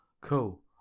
Cool